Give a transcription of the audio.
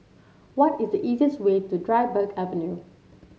what is the easiest way to Dryburgh Avenue